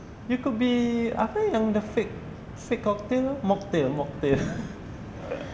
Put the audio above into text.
you could be apa yang fake cocktail tu mocktail mocktail